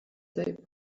day